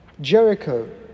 Jericho